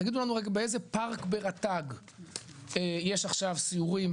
תגידו לנו רק באיזה פארק ברט"ג יש עכשיו סיורים,